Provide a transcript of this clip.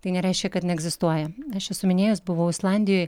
tai nereiškia kad neegzistuoja aš esu minėjus buvau islandijoj